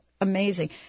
amazing